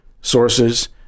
sources